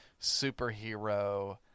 superhero